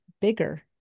bigger